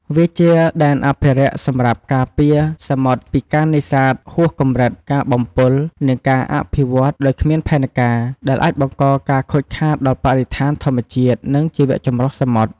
វាជាដែនអភិរក្សសម្រាប់ការពារសមុទ្រពីការនេសាទហួសកម្រិត ការបំពុល និងការអភិវឌ្ឍដោយគ្មានផែនការ ដែលអាចបង្កការខូចខាតដល់បរិស្ថានធម្មជាតិ និងជីវចម្រុះសមុទ្រ។